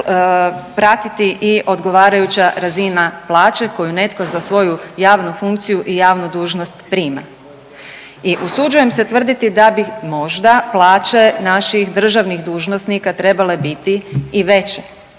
pratiti i odgovarajuća razina plaće koju netko za svoju javni funkciju i javnu dužnost prima. I usuđujem se tvrditi da bih možda plaće naših državnih dužnosnika trebale biti i veće